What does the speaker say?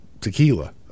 tequila